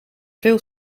veel